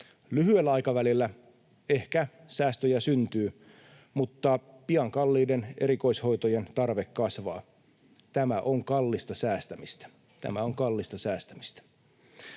Lyhyellä aikavälillä, ehkä, säästöjä syntyy, mutta pian kalliiden erikoishoitojen tarve kasvaa. Tämä on kallista säästämistä,